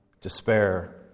despair